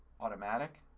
automatic.